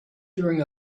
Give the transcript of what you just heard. during